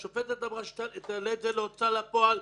השופטת אמרה שהיא תעלה את זה להוצאה לפועל,